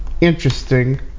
interesting